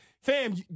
Fam